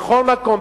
בכל מקום,